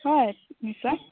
হয় নিশ্চয়